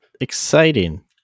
exciting